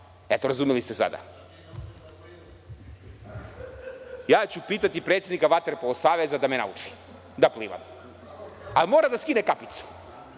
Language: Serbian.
Eto, razumeli ste sada. Ja ću pitati predsednika Vaterpolo saveza da me nauči da plivam, ali mora da skine kapicu